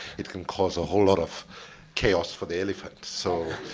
it can cause a whole lot of chaos for the elephant. so,